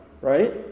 right